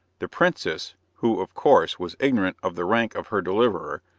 the princess, who, of course, was ignorant of the rank of her deliverer,